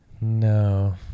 No